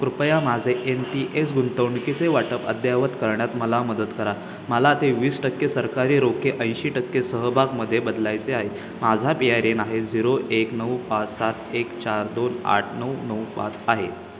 कृपया माझे N P S गुंतवणुकीचे वाटप अद्ययावत करण्यात मला मदत करा मला ते वीस टक्के सरकारी रोखे ऐंशी टक्के सहभागमध्ये बदलायचे आहे माझा पी आर एन आहे झिरो एक नऊ पाच सात एक चार दोन आठ नऊ नऊ पाच आहे